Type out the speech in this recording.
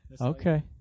Okay